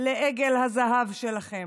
לעגל הזהב שלכם.